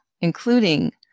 including